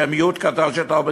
שזה מיעוט קטן של תלמידים,